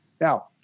Now